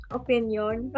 opinion